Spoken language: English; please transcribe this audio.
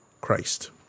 Christ